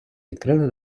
відкрили